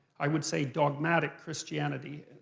i would say, dogmatic christianity.